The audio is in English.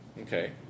Okay